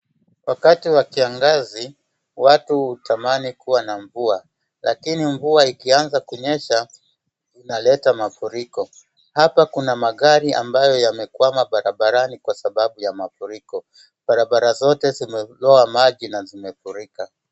Wakati wa kiangazi watu hutamani kuwa na mvua lakini mvua ikianza kunyesha inaleta mafuriko. Hapa kuna magari ambayo yamekwama barabarani kwa sababu ya mafuriko. Barabara zote zimeloa maji na zimefurika.